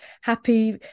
happy